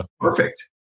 Perfect